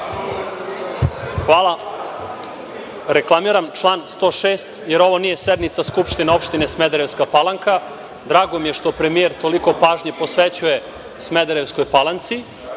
Hvala. Reklamiram član 106. jer ovo nije sednica SO Smederevska Palanka. Drago mi je što premijer toliko pažnje posvećuje Smederevskoj Palanci,